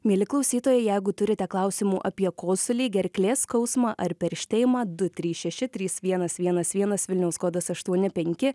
mieli klausytojai jeigu turite klausimų apie kosulį gerklės skausmą ar perštėjimą du trys šeši trys vienas vienas vienas vilniaus kodas aštuoni penki